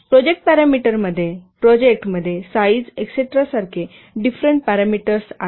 project पॅरामीटरमध्ये प्रोजेक्टमध्ये size एस्टेरासारखे डिफरेंट पॅरामीटर्स आहेत